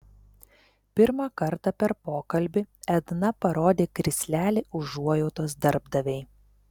pirmą kartą per pokalbį edna parodė krislelį užuojautos darbdavei